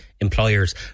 employers